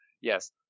yes